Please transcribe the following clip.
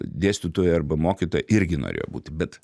dėstytoja arba mokytoja irgi norėjo būti bet